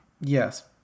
Yes